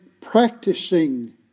practicing